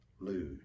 lose